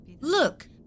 Look